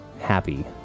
happy